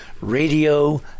radio